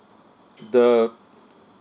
the